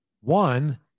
One